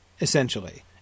essentially